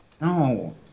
no